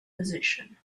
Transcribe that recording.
position